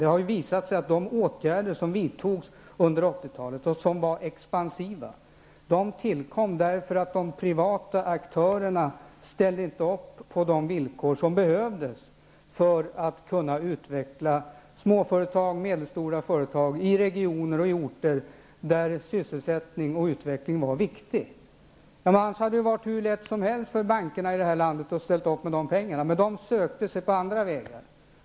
Det har visat sig att de åtgärder som vidtogs under 80-talet och som var expansiva, tillkom därför att de privata aktörerna inte ställde upp på de villkor som behövs för att kunna utveckla småföretag och medelstora företag i regioner och orter där sysselsättning och utveckling var viktig. Annars hade det varit hur lätt som helst för bankerna i det här landet att ställa upp med pengar. Men de sökte sig andra vägar.